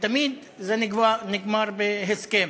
ותמיד זה נגמר בהסכם.